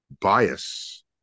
bias